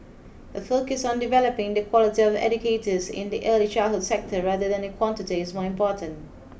a focus on developing the quality of educators in the early childhood sector rather than quantity is more important